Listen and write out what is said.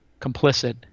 complicit